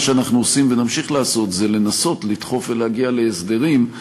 מה שאנחנו עושים ונמשיך לעשות זה לנסות לדחוף ולהגיע להסדרים,